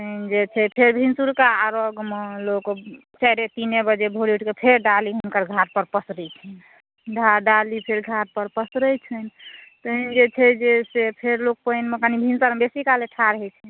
जे छै फेर भिनसुरका अर्घ्यमे लोक चारिए तीन बजे भोरे उठिके फेर डाली हुनकर घाट पर पसरै छै जहाँ डाली फेर घाट पर पसरै छनि तहन जे छै से लोक फेर लोक पानिमे कनी भिनसरमे बेसी काले ठाढ़ होइ छै